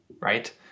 right